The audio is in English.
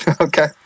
Okay